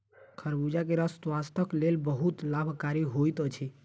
खरबूजा के रस स्वास्थक लेल बहुत लाभकारी होइत अछि